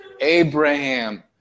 Abraham